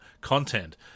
content